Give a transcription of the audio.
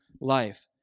life